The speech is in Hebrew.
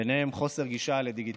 ובין היתר חוסר גישה לדיגיטציה.